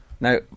now